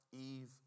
Eve